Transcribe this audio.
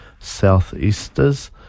southeasters